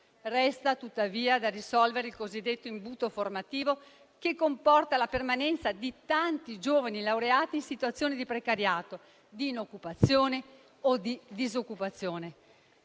Resta, tuttavia, da risolvere il cosiddetto imbuto formativo, che comporta la permanenza di tanti giovani laureati in situazioni di precariato, inoccupazione o disoccupazione.